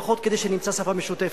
לפחות כדי שנמצא שפה משותפת.